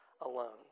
alone